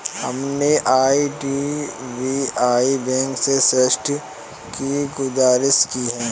हमने IDBI bank से ऋण की गुजारिश की है